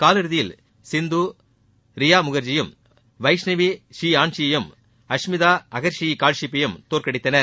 காலிறுதியில் சிந்து ரியா முகர்ஜியையும் வைஷ்ணவி புரீயான்ஷியையும் அஷ்மிதா அகர்ஷி காஷியப்பையும் தோற்கடித்தனர்